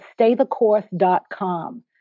staythecourse.com